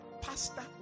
pastor